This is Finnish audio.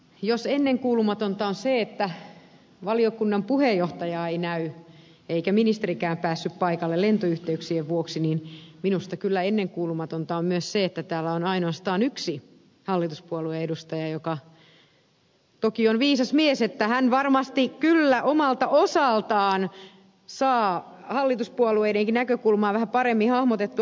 jos ennenkuulumatonta on se että valiokunnan puheenjohtajaa ei näy eikä ministerikään päässyt paikalle lentoyhteyksien vuoksi niin minusta kyllä ennenkuulumatonta on myös se että täällä on ainoastaan yksi hallituspuolueen edustaja joka toki on viisas mies hän varmasti kyllä omalta osaltaan saa hallituspuolueidenkin näkökulmaa vähän paremmin hahmotettua